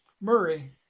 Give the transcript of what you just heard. Murray